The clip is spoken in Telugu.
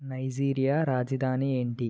నైజీరియా రాజధాని ఏంటి